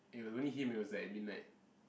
and it was only him it was like at midnight